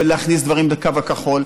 להכניס דברים בקו הכחול,